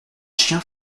chien